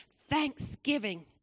thanksgiving